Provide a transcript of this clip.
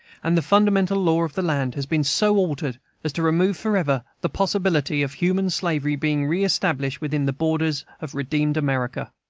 and the fundamental law of the land has been so altered as to remove forever the possibility of human slavery being re-established within the borders of redeemed america.